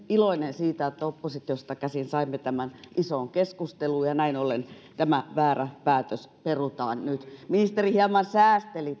iloinen siitä että oppositiosta käsin saimme tämän isoon keskusteluun ja näin ollen tämä väärä päätös perutaan nyt ministeri hieman säästeli